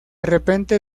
repente